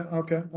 okay